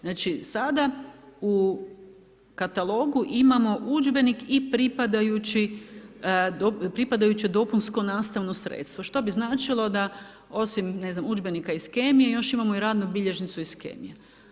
Znači, sada u katalogu imaju udžbenik i pripadajući dopunsko nastavno sredstvo, što bi značilo da osim, ne znam, udžbenika iz kemije još imamo i radnu bilježnicu iz kemije.